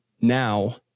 now